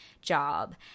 job